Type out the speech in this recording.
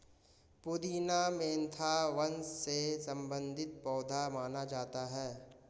पुदीना मेंथा वंश से संबंधित पौधा माना जाता है